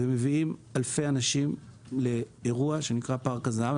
ומביאים אלפי אנשים לאירוע שנקרא פארק הזה"ב.